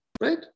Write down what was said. right